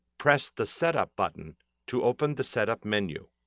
press the setup button to open the setup menu.